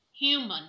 human